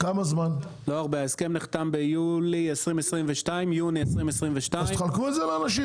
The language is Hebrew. ההסכם נחתם ביוני 2022. אז תחלקו אותו לאנשים.